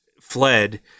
fled